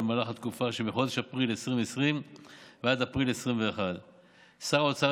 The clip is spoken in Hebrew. במהלך התקופה שמחודש אפריל 2020 ועד אפריל 2021. שר האוצר